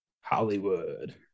hollywood